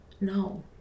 No